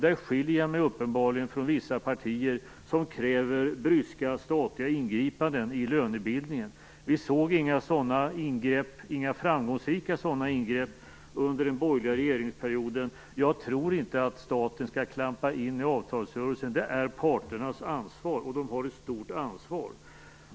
Där skiljer jag mig uppenbarligen från vissa partier som kräver bryska statliga ingripanden i lönebildningen. Vi såg inga framgångsrika ingrepp av det slaget under den borgerliga regeringsperioden. Jag tror inte att staten skall klampa in i avtalsrörelsen, utan den saken är parternas ansvar, och de har ett stort ansvar.